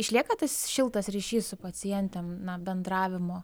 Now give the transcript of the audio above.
išlieka tas šiltas ryšys su pacientėm na bendravimo